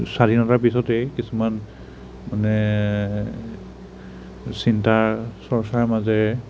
স্বাধীনতাৰ পিছতেই কিছুমান মানে চিন্তা চৰ্চাৰ মাজেৰে